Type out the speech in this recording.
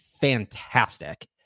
fantastic